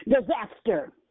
disaster